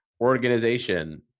organization